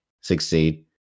succeed